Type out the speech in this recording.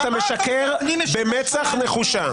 אתה משקר במצח נחושה.